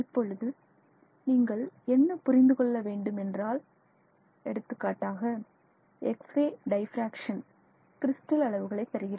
இப்பொழுது நீங்கள் என்ன புரிந்து கொள்ள வேண்டும் என்றால் எடுத்துக்காட்டாக எக்ஸ்ரே டைபிராக்சன் கிறிஸ்டல் அளவுகளை தருகிறது